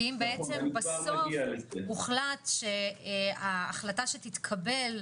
כי אם הוחלט בסוף שההחלטה שתתקבל,